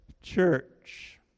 church